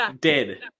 dead